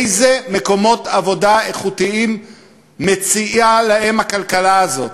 איזה מקומות עבודה איכותיים מציעה להם הכלכלה הזאת?